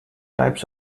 types